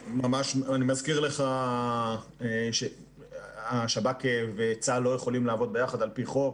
אני מזכיר לך שהשב"כ וצה"ל לא יכולים לעבוד ביחד על פי חוק.